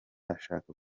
ashaka